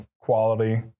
quality